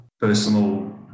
personal